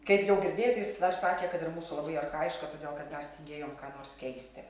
kaip jau girdėjot jis dar sakė kad ir mūsų labai archajiška todėl kad mes tingėjom ką nors keisti